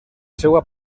seua